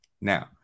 now